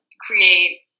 create